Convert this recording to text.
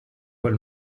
quel